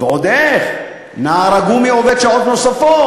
ועוד איך, נער הגומי עובד שעות נוספות.